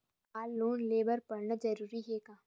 का लोन ले बर पढ़ना जरूरी हे का?